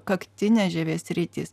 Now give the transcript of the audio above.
kaktinės žievės sritys